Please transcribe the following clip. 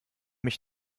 mich